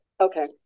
Okay